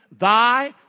Thy